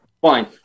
Fine